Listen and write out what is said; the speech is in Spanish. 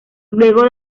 luego